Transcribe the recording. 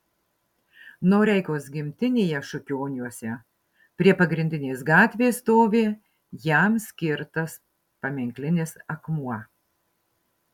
noreikos gimtinėje šukioniuose prie pagrindinės gatvės stovi jam skirtas paminklinis akmuo